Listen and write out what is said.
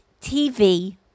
TV